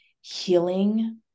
healing